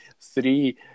Three